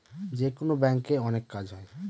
যেকোনো ব্যাঙ্কে অনেক কাজ হয়